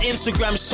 Instagram